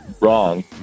wrong